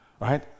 right